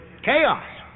chaos